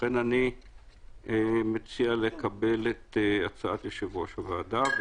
לכן אני מציע לקבל את הצעת יושב-ראש הוועדה.